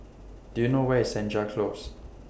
Do YOU know Where IS Senja Close